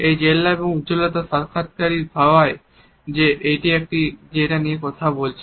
এই জেল্লা এবং উজ্জ্বলতা সাক্ষাৎকারীকে ভাবায় যে আপনি যেটি নিয়ে কথা বলছেন